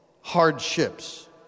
hardships